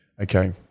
okay